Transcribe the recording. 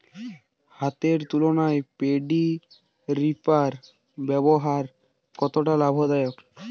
হাতের তুলনায় paddy reaper ব্যবহার কতটা লাভদায়ক?